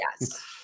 yes